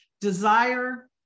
desire